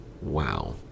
wow